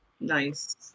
Nice